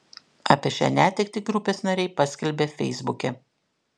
apie šią netektį grupės nariai paskelbė feisbuke